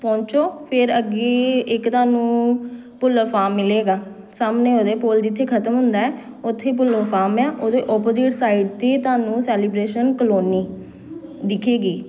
ਪਹੁੰਚੋ ਫਿਰ ਅੱਗੇ ਇੱਕ ਤੁਹਾਨੂੰ ਭੁੱਲਰ ਫਾਮ ਮਿਲੇਗਾ ਸਾਹਮਣੇ ਉਹਦੇ ਪੁੱਲ ਜਿੱਥੇ ਖਤਮ ਹੁੰਦਾ ਹੈ ਉੱਥੇ ਹੀ ਭੁੱਲਰ ਫਾਮ ਆ ਉਹਦੇ ਓਪੋਜਿਟ ਸਾਈਡ 'ਤੇ ਤੁਹਾਨੂੰ ਸੈਲੀਬਰੇਸ਼ਨ ਕਲੋਨੀ ਦਿਖੇਗੀ